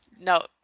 No